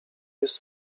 jest